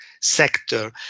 sector